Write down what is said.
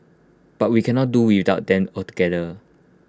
but we cannot do without them altogether